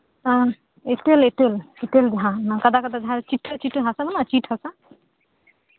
ᱦᱮᱸ ᱤᱥᱠᱩᱞ ᱤᱛᱟᱹ ᱱᱚᱝᱠᱟ ᱠᱚ ᱵᱮᱵᱚᱦᱟᱨ ᱜᱮᱭᱟ ᱪᱤᱴ ᱦᱟᱥᱟ ᱵᱟᱹᱱᱩᱜᱼᱟ ᱪᱤᱴ ᱦᱟᱥᱟ